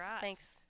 Thanks